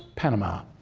panama',